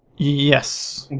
yes.